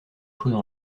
choses